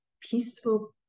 peaceful